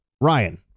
Ryan